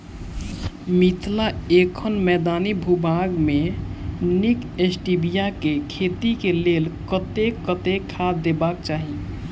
मिथिला एखन मैदानी भूभाग मे नीक स्टीबिया केँ खेती केँ लेल कतेक कतेक खाद देबाक चाहि?